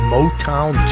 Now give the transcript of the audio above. Motown